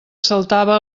saltava